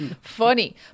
funny